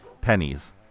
pennies